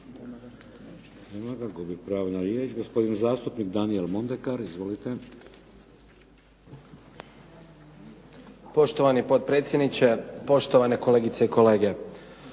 Nema ga. Gubi pravo na riječ. Gospodin zastupnik Danijel Mondekar. Izvolite. **Mondekar, Daniel (SDP)** Poštovani potpredsjedniče, poštovane kolegice i kolege.